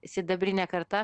sidabrinė karta